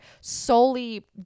solely